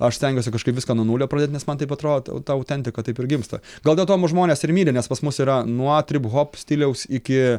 aš stengiuosi kažkaip viską nuo nulio pradėt nes man taip atrodo ta autentika taip ir gimsta gal dėl to mus žmonės ir myli nes pas mus yra nuo triphop stiliaus iki